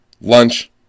lunch